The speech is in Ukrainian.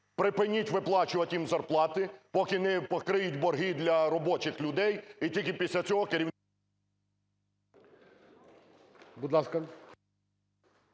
Припиніть виплачувати їм зарплати, поки не покриють борги для робочих людей, і тільки після цього… ГОЛОВУЮЧИЙ. Будь ласка.